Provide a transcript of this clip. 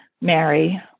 Mary